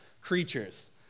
creatures